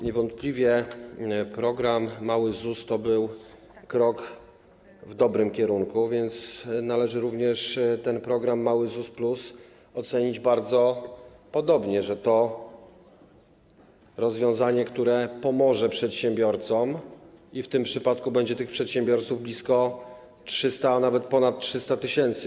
Niewątpliwie program mały ZUS to był krok w dobrym kierunku, więc należy również program mały ZUS+ ocenić bardzo podobnie: to jest rozwiązanie, które pomoże przedsiębiorcom, i w tym przypadku będzie tych przedsiębiorców blisko 300 tys., a nawet ponad 300 tys.